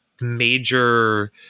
major